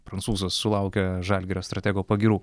prancūzas sulaukė žalgirio stratego pagyrų